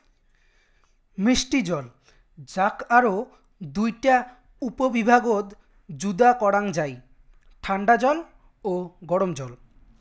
মিষ্টি জল যাক আরও দুইটা উপবিভাগত যুদা করাং যাই ঠান্ডা জল ও গরম জল